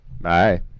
Bye